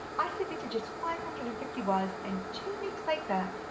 i submitted just five hundred and fifty words and two weeks later,